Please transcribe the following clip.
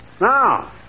Now